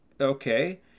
okay